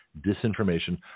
Disinformation